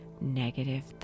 negative